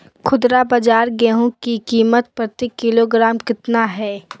खुदरा बाजार गेंहू की कीमत प्रति किलोग्राम कितना है?